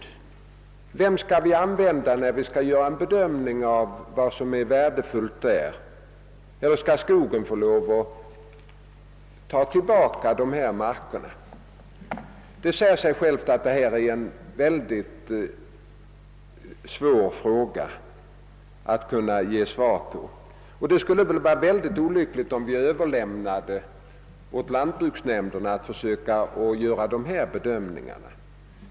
Vem skall vi anlita när det gäller att göra en bedömning av vad som är värdefullt? Skall kanske skogen få ta tillbaka dessa marker? Det säger sig självt att detta är en mycket svår fråga att ge svar på. Det skulle vara högst olyckligt, om vi överlämnade åt lantbruksnämnderna att försöka göra dessa bedömningar.